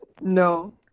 No